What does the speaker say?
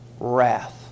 Wrath